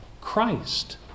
Christ